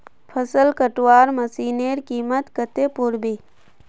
फसल कटवार मशीनेर कीमत कत्ते पोर बे